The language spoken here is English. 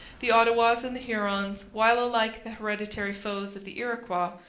the ottawas and the hurons, while alike the hereditary foes of the iroquois,